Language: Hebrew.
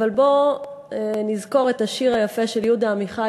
אבל בואו נזכור את השיר היפה של יהודה עמיחי,